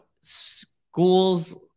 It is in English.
schools